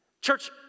church